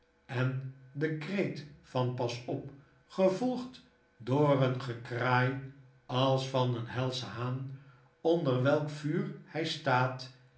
en den kreet van pas op gevolgd door een gekraai als van eenhelschen haan onder welk vuurhflstaatjhijslaatveiligheidshalve den